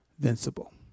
invincible